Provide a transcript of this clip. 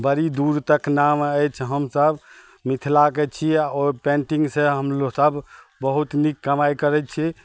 बड़ी दूर तक नाम अछि हमसब मिथिलाके छी आ ओ पेन्टिंग से हमलोग सब बहुत नीक कमाइ करै छी